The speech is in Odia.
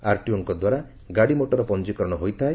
ଆରଟିଓଙ୍କ ଦ୍ୱାରା ଗାଡିମୋଟର ପଞିକରଣ ହୋଇଥାଏ